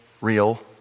real